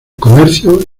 comercio